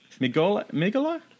Migola